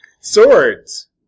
swords